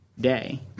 day